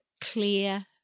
clear